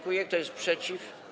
Kto jest przeciw?